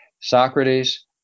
Socrates